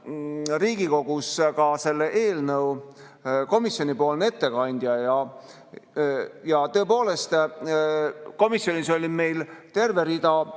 Riigikogus ka selle eelnõu komisjoni ettekandja. Tõepoolest, komisjonis oli meil terve rida